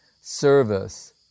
Service